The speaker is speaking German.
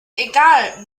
egal